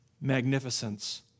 magnificence